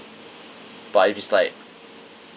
but if it's like